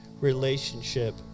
relationship